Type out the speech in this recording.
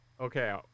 Okay